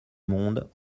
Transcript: monde